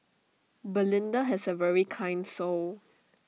belinda has A very kind soul